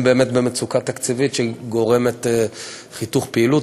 הם באמת במצוקה תקציבית שגורמת חיתוך פעילות.